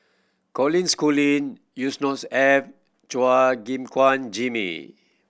Colin Schooling Yusnor's Ef Chua Gim Guan Jimmy